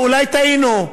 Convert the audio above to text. אולי טעינו,